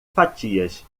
fatias